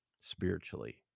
spiritually